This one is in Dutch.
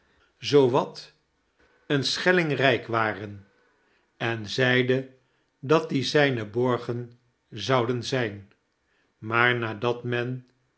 zoo wat de deaden wobden saamvergaard een schelling rijk waren en zeide datdie zijne borgen zouden zijn maar nadat men